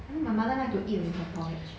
that one my mother like to eat with her porridge